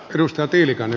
arvoisa puhemies